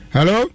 Hello